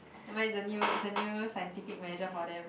nevermind it's a new it's a new scientific measure for them